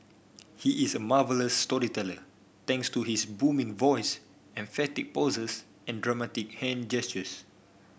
he is a marvellous storyteller thanks to his booming voice emphatic pauses and dramatic hand gestures